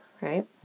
right